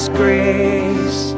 grace